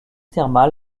thermal